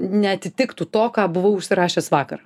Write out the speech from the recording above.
neatitiktų to ką buvau užsirašęs vakar